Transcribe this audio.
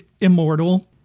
immortal